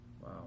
Wow